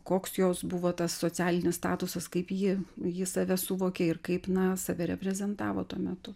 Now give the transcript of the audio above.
koks jos buvo tas socialinis statusas kaip ji ji save suvokė ir kaip na save reprezentavo tuo metu